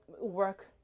work